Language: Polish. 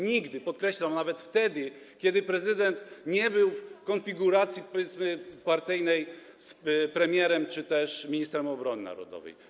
Nigdy, podkreślam, nawet wtedy, kiedy prezydent nie był w konfiguracji, powiedzmy, partyjnej z premierem czy też ministrem obrony narodowej.